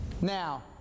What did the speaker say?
Now